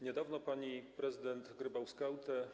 Niedawno pani prezydent Grybauskait?